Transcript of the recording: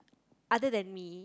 other than me